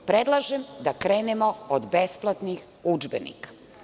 Predlažem da krenemo od besplatnih udžbenika.